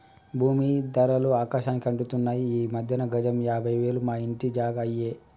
భూమీ ధరలు ఆకాశానికి అంటుతున్నాయి ఈ మధ్యన గజం యాభై వేలు మా ఇంటి జాగా అయ్యే